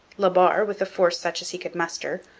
la barre, with a force such as he could muster,